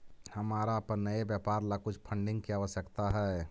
हमारा अपन नए व्यापार ला कुछ फंडिंग की आवश्यकता हई